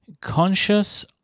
conscious